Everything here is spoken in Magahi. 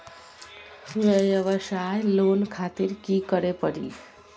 वयवसाय लोन खातिर की करे परी?